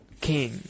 king